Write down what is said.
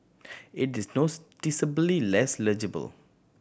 it is noticeably less legible